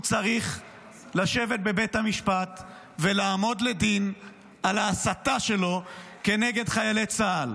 הוא צריך לשבת בבית המשפט ולעמוד לדין על ההסתה שלו נגד חיילי צה"ל.